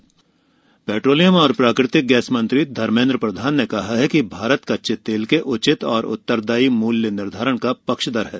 petroleum petroleum और प्राकृतिक gas मंत्री धर्मेद्र प्रधान ने कहा है कि भारत कच्चे तेल के उचित और उत्तरदायी मूल्य निर्धारण का पक्षधर है